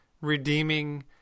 redeeming